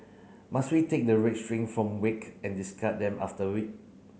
must we take the red string from wake and discard them